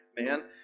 man